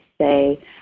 say